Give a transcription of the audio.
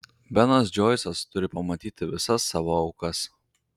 benas džoisas turi pamatyti visas savo aukas